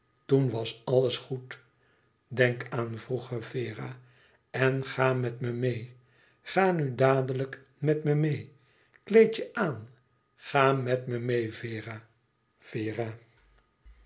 toen was alles goed denk aan vroeger vera en ga met me meê ga nu dadelijk met me meê kleed je aan ga met me mêe vera vera